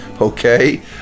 okay